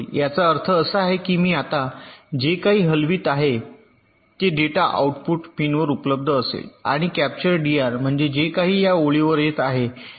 याचा अर्थ असा आहे की मी आता जे काही हलवित आहे ते डेटा आउटपुट पिनवर उपलब्ध असेल आणि कॅप्चर डीआर म्हणजे जे काही या ओळीवर येत आहे ते चिप 2 आहे